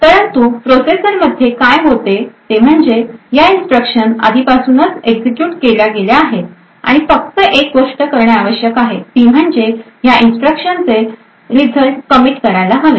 परंतु प्रोसेसरमध्ये काय होते ते म्हणजे या इन्स्ट्रक्शन आधीपासूनच एक्झिक्युट केल्या गेलेल्या आहेत आणि फक्त एक गोष्ट करणे आवश्यक आहे ती म्हणजे ह्या इन्स्ट्रक्शन्सचे रिझल्ट कमिट करायला हवेत